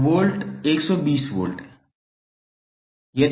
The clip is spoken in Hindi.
तो वोल्ट 120 वोल्ट है